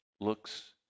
looks